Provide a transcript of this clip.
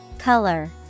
color